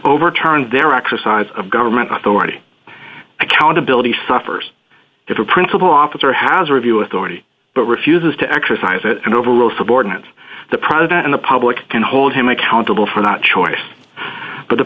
overturn their exercise of government authority accountability suffers if a principal officer has review authority but refuses to exercise it and overrule subordinates the president and the public can hold him accountable for not choice but the